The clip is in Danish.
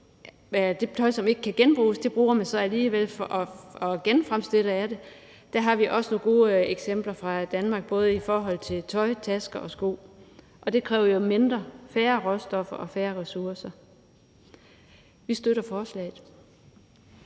det tøj, som ikke kan genbruges, bruges til at fremstille andre ting, har vi også nogle gode eksempler på fra Danmark, både i forhold til tøj, tasker og sko. Og det kræver jo færre råstoffer og færre ressourcer. Vi støtter forslaget.